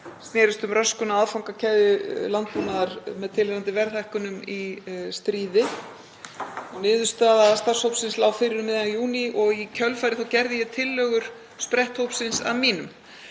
snerist um röskun á aðfangakeðju landbúnaðar með tilheyrandi verðhækkunum í stríði. Niðurstaða starfshópsins lá fyrir um miðjan júní og í kjölfarið gerði ég tillögur spretthópsins að mínum.